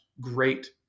great